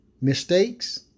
Mistakes